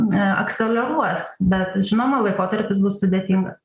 akseleruos bet žinoma laikotarpis bus sudėtingas